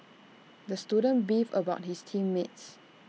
the student beefed about his team mates